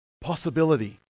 possibility